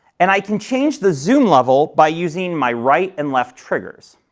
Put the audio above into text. and i can change the zoom level by using my right and left triggers.